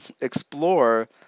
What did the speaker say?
explore